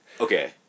Okay